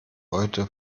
heute